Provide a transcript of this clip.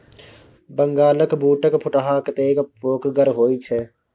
बंगालक बूटक फुटहा कतेक फोकगर होए छै